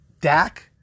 Dak